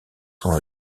sont